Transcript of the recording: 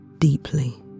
deeply